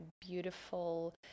beautiful